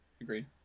Agreed